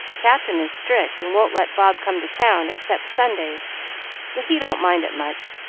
captain is strict, and won't let bob come to town, except sundays but he don't mind it much,